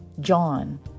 John